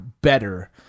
better